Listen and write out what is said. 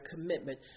commitment